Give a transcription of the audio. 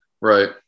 Right